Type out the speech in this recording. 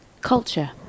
culture